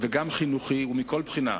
וגם חינוכי ומכל בחינה,